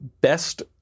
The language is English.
best